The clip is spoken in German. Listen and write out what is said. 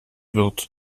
wird